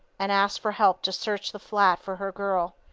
and asked for help to search the flat for her girl.